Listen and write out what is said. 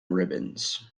ribbons